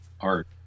Art